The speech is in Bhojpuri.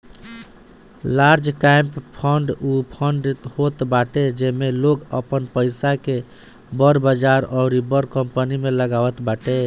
लार्ज कैंप फण्ड उ फंड होत बाटे जेमे लोग आपन पईसा के बड़ बजार अउरी बड़ कंपनी में लगावत बाटे